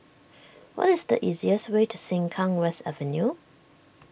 what is the easiest way to Sengkang West Avenue